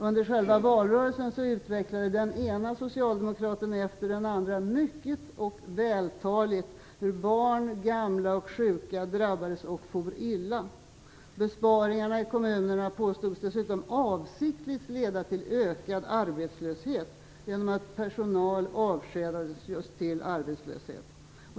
Under själva valrörelsen utvecklade den ena socialdemokraten efter den andra mycket och vältaligt hur barn, gamla och sjuka drabbades och for illa. Besparingarna i kommunerna påstods dessutom avsiktligt leda till ökad arbetslöshet genom att personal avskedades just till arbetslöshet.